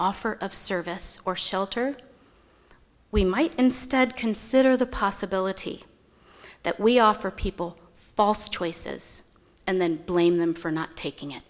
offer of service or shelter we might instead consider the possibility that we offer people false choices and then blame them for not taking it